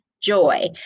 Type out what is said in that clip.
joy